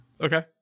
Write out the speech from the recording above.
Okay